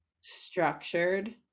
structured